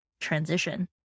transition